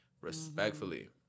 respectfully